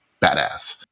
badass